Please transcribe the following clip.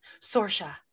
Sorsha